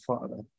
Father